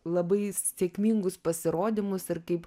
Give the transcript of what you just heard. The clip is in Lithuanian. labai sėkmingus pasirodymus ir kaip